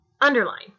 underline